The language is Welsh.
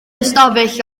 ystafell